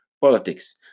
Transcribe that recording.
politics